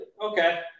okay